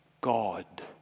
God